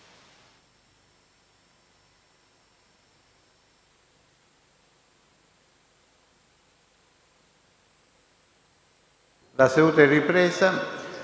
La seduta è ripresa.